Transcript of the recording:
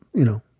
you know.